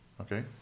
okay